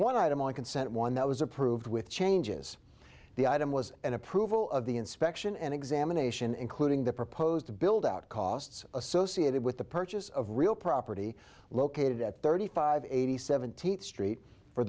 one item on consent one that was approved with changes the item was an approval of the inspection and examination including the proposed to build out costs associated with the purchase of real property located at thirty five eighty seventeenth street for